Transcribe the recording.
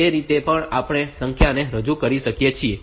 તેથી તે રીતે પણ આપણે સંખ્યાને રજૂ કરી શકીએ છીએ